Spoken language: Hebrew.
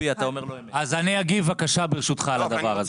אתה מדבר לגבי